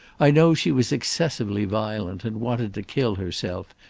i know she was excessively violent and wanted to kill herself,